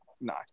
no